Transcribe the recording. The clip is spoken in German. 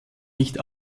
nicht